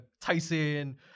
Tyson